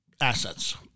assets